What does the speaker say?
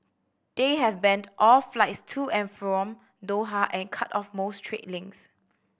they have banned all flights to and from Doha and cut off most trade links